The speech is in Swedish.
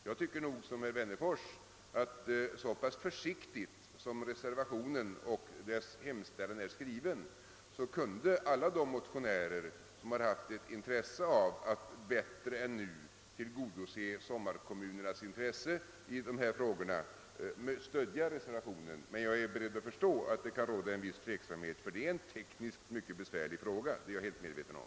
Jag tycker nog som herr Wennerfors att så pass försiktigt som reservationen och dess hemställan är skriven kunde alla de motionärer som har haft ett intresse av att bättre än nu tillgodose sommarkommunernas intresse i dessa frågor stödja reservationen. Men jag förstår att det kan råda en viss tveksamhet, därför att det är en tekniskt mycket besvärlig fråga. Det är jag helt medveten om.